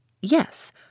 Yes